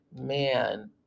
man